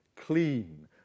clean